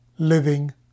Living